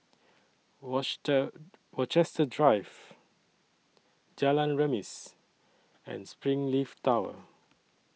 Rochester Drive Jalan Remis and Springleaf Tower